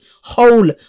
whole